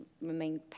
remain